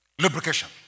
Lubrication